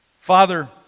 Father